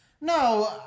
No